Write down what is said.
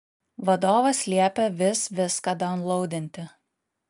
vadovas liepia vis viską daunlaudinti